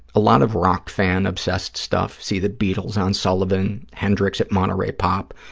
a lot of rock-fan-obsessed stuff, see the beatles on sullivan, hendrix at monterey pop,